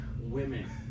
women